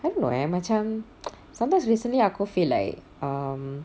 I don't know eh macam sometimes recently aku feel like um